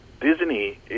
Disney